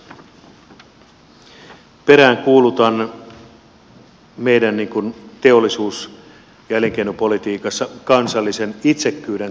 peräänkuulutan meidän teollisuus ja elinkeinopolitiikassa kansallisen itsekkyyden kasvun varaan